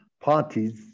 parties